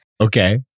Okay